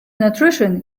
nutrition